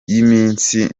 y’iminsi